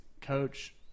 coach